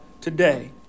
today